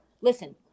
Listen